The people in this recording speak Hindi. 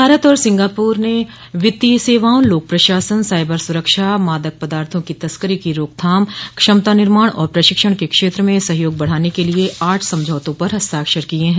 भारत और सिंगापुर ने वित्तीय सेवाओं लोक प्रशासन साइबर सुरक्षा मादक पदार्थों की तस्करी की रोकथाम क्षमता निर्माण और प्रशिक्षण के क्षेत्र में सहयोग बढ़ाने के लिए आठ समझौतों पर हस्ताक्षर किए हैं